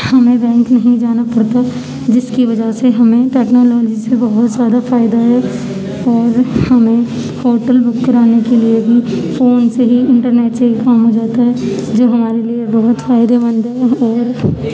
ہمیں بینک نہیں جانا پڑتا جس کی وجہ سے ہمیں ٹیکنالوجی سے بہت زیادہ فائدہ ہے اور ہمیں ہوٹل بک کرانے کے لیے بھی فون سے ہی انٹرنیٹ سے ہی کام ہو جاتا ہے جو ہمارے لیے بہت فائدے مند ہے اور